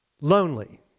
Lonely